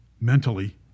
mentally